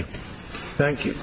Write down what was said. you thank you